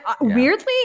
Weirdly